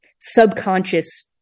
subconscious